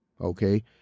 okay